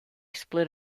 split